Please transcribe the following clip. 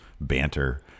banter